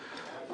לוועדה,